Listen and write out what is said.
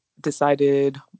decided